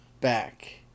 back